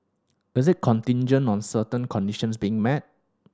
is it contingent on certain conditions being met